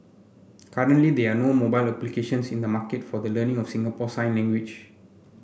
currently there are no mobile applications in the market for the learning of Singapore sign language